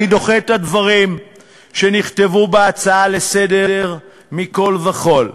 אני דוחה את הדברים שנכתבו בהצעה לסדר-היום מכול וכול.